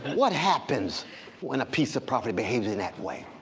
what happens when a piece of property behaves in that way?